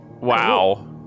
Wow